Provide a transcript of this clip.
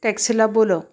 टॅक्सीला बोलव